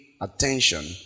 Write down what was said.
attention